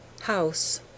House